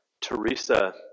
Teresa